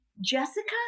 Jessica